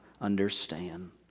understand